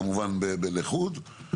כמובן לחוד,